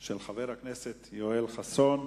ההצעה היא